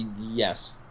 yes